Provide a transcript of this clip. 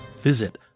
Visit